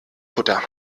kutter